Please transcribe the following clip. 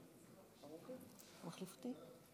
חבריי חברי הכנסת,